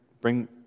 bring